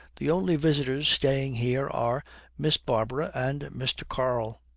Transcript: the only visitors staying here are miss barbara and mr. karl.